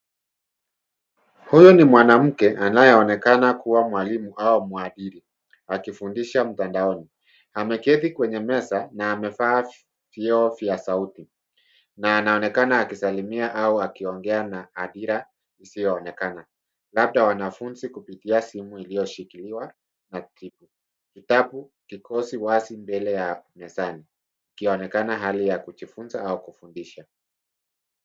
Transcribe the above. Huyu ni mwanamke anayeonekana kuwa mwalimu au mhadhiri akifundisha mtandaoni. Ameketi kwenye meza na amevaa vioo vya sauti na anaonekana akisalamia au akiongea na hadhira isio onekana labda wanafunzi kupitia simu ilio shikiliwa na kitu. Kitabu iko wazi mezani ikionekana hali ya kujifunza au kufundisha.